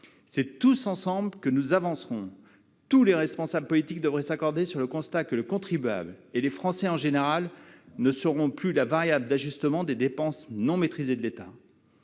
C'est tous ensemble que nous avancerons. Tous les responsables politiques devraient s'accorder sur le postulat suivant : les contribuables, et les Français en général, ne seront plus la variable d'ajustement des dépenses non maîtrisées de l'État.